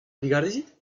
digarezit